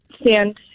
stand